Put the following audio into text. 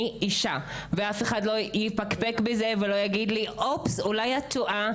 אישה ואף אחד לא יפקפק בזה ויגיד לי אולי אני טועה,